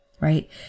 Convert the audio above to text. right